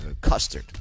Custard